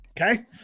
Okay